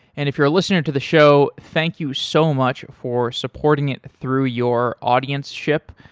and if you're listening to the show, thank you so much for supporting it through your audienceship.